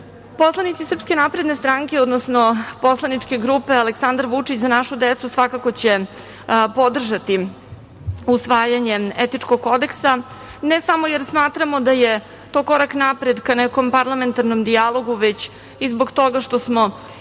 poslanika. Poslanici SNS, odnosno poslaničke grupe Aleksandar Vučić – Za našu decu, svakako će podržati usvajanje etičkog kodeksa, ne samo jer smatramo da je to korak napred ka nekom parlamentarnom dijalogu, već i zbog toga što smo i sami